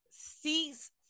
Cease